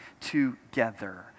together